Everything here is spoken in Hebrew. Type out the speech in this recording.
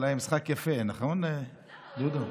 אבל היה משחק יפה, נכון, דודו?